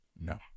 No